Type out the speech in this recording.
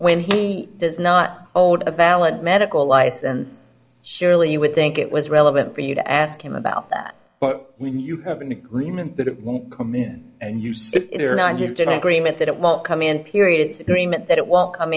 when he does not own a ballot medical license surely you would think it was relevant for you to ask him about that but when you have an agreement that it won't come in and use it or not just an agreement that it won't come in period it's agreement that it won't com